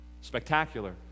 spectacular